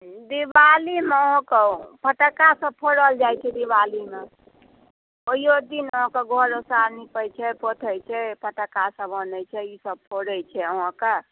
दीवालीमे अहाँके फटाका सभ फोड़ल जाइ छै दीवालीमे ओहियो दिन अहाँके घर ओसारा निपै छै पोतै छै पटाखा सभ आनै छै ई सभ फोड़ै छै